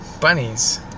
Bunnies